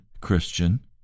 christian